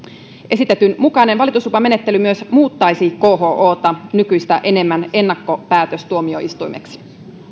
esitetyn mukainen valituslupamenettely myös muuttaisi khota nykyistä enemmän ennakkopäätöstuomioistuimeksi